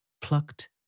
plucked